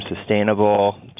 sustainable